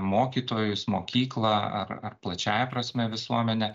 mokytojus mokyklą ar ar plačiąja prasme visuomenę